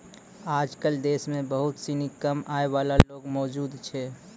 आजकल देश म बहुत सिनी कम आय वाला लोग मौजूद छै